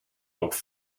noch